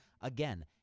Again